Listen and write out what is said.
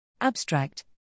Abstract